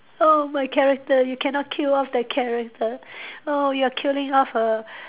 oh my character you cannot kill off that character oh you killing off a